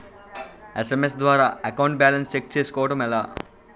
SMS ద్వారా account balance check చేసుకోవటం ఎలా?